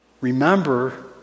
remember